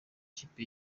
ikipe